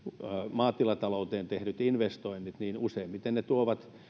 maatilatalouteen tehdyt investoinnit useimmiten tuovat